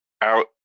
out